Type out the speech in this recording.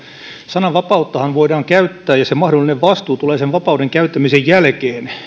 sananvapauttahan voidaan käyttää ja mahdollinen vastuu tulee sen vapauden käyttämisen jälkeen